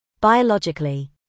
Biologically